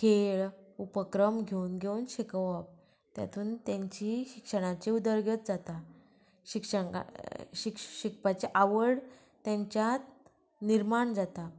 खेळ उपक्रम घेवन घेवन शिकोवप तेतून तांची शिक्षणाची उदरगत जाता शिक्षण शिकपाची आवड तांच्या निर्माण जाता